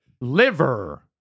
Liver